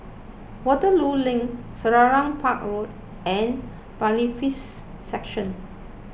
Waterloo Link Selarang Park Road and Bailiffs' Section